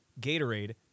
Gatorade